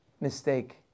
mistake